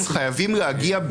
כי זה לא קיים כאופציה.